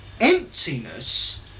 Emptiness